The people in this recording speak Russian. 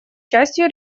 частью